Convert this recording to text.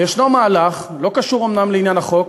יש מהלך שלא קשור אומנם לעניין החוק,